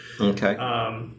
Okay